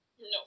No